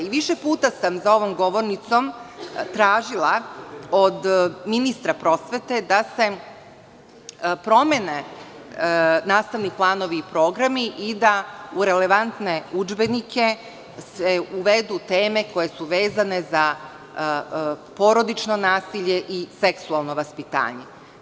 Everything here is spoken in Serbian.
Više puta sam za ovom govornicom tražila od ministra prosvete da se promene nastavni planovi i programi i da u relevantne udžbenike se uvedu teme koje su vezane za porodično nasilje i seksualno vaspitanje.